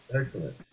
excellent